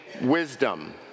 wisdom